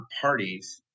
parties